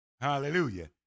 Hallelujah